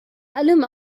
allem